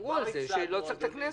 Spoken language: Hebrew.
שדיברו על זה שלא צריך את הכנסת.